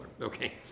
okay